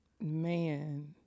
man